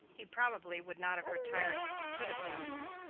he probably would not have retired if he could have done so.